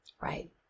Right